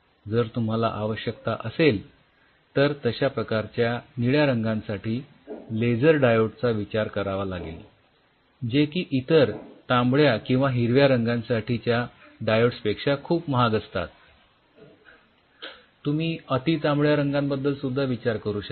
जर तुम्हाला आवश्यकता असेल तर तश्या प्रकारच्या निळ्या रंगासाठी लेझर डायोड चा विचार करावा लागेल जे की इतर तांबड्या किंवा हिरव्या रंगांसाठी च्या डायोड्स पेक्षा खूप महाग असतात तुम्ही अति तांबड्या रंगाबद्दल सुद्धा विचार करू शकता